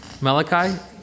Malachi